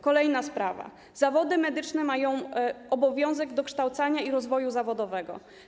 Kolejna sprawa: zawody medyczne mają obowiązek dokształcania i rozwoju zawodowego.